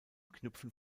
knüpfen